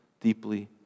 deeply